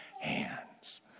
hands